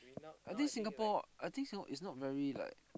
at this Singapore I think so it's not very like